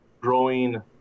growing